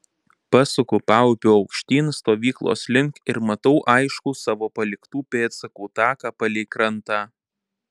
pasuku paupiu aukštyn stovyklos link ir matau aiškų savo paliktų pėdsakų taką palei krantą